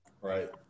right